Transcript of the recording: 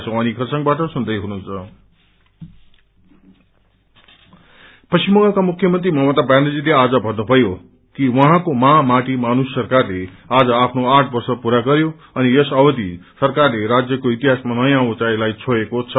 CM Mamata पश्चिम बंगालका मुख्यमन्त्री मम्ता ब्यानर्जीले आज भन्नुभयो कि उहाँको मा माटी मानुष सरकारले आज आफ्नो आठ वर्ष पुरा गरयो अनि यस अवधि सरकारले राज्यको इतिहासमा नयाँ उचाँईलाई छोएको छ